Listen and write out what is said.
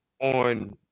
on